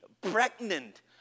pregnant